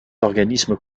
organismes